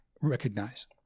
recognize